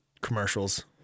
commercials